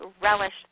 relish